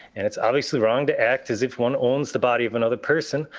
and it's obviously wrong to act as if one owns the body of another person,